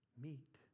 meet